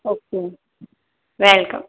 okay ma'am welcome